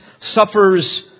suffers